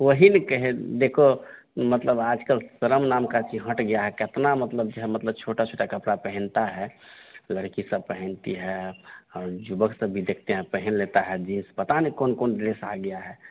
वही न कहे देखो मतलब आजकल शर्म नाम की चीज़ हट गया है कितना मतलब जे है मतलब छोटा छोटा कपड़ा पहनता है लड़की सब पहनती है और जुबक सब भी देखते हैं पहन लेता है जींस पता नहीं कोन कोण ड्रेस आ गया है